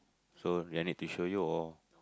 so do I need to show you or